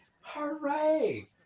Hooray